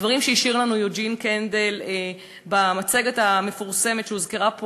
הדברים שהשאיר לנו יוג'ין קנדל במצגת המפורסמת שהוזכרה פה